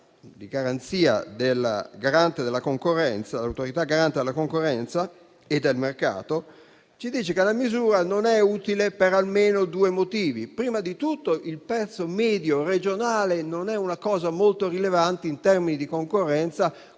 presidente dell'Autorità di garanzia della concorrenza e del mercato ci dice che la misura non è utile per almeno due motivi. Prima di tutto, il prezzo medio regionale non è molto rilevante in termini di concorrenza,